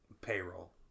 payroll